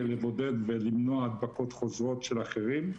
לבודד ולמנוע הדבקות חוזרות של אחרים,